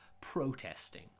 protesting